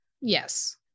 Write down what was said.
Yes